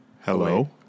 Hello